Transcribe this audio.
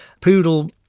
Poodle